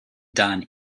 done